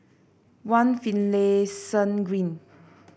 One Finlayson Green